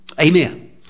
Amen